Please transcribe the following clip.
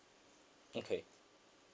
okay